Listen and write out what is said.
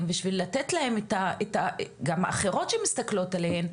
בשביל לתת להן וגם לאחרות שמסתכלות עליהן,